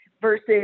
versus